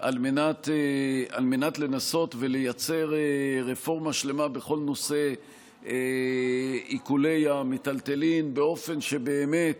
על מנת לנסות ולייצר רפורמה שלמה בכל נושא עיקולי המיטלטלין באופן שבאמת